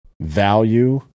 value